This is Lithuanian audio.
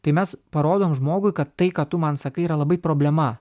tai mes parodom žmogui kad tai ką tu man sakai yra labai problema